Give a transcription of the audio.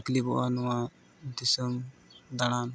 ᱛᱟᱹᱠᱷᱞᱤᱵᱚᱜᱼᱟ ᱱᱚᱣᱟ ᱫᱤᱥᱚᱢ ᱫᱟᱬᱟᱱ